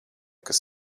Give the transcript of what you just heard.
kas